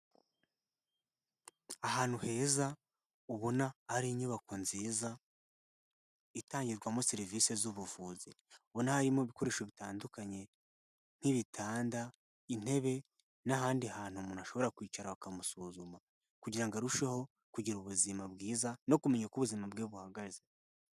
Ahantu heza ubona hari inyubako nziza itangirwamo serivisi z'ubuvuzi, ubona harimo ibikoresho bitandukanye nk'ibitanda, intebe, n'ahandi hantu umuntu ashobora kwicara bakamusuzuma kugira ngo arusheho kugira ubuzima bwiza no kumenya uko ubuzima bwe buhagaze.